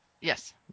Yes